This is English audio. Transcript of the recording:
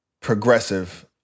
progressive